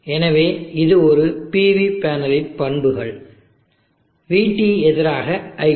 எனவே இது ஒரு PV பேனலின் பண்புகள் vT எதிராக iT